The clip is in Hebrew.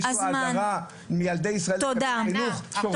יש פה הדרה של ילדי ישראל מחינוך שורשי.